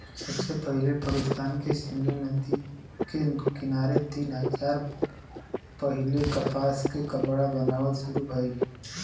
सबसे पहिले पाकिस्तान के सिंधु नदी के किनारे तीन हजार साल पहिले कपास से कपड़ा बनावल शुरू भइल